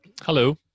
hello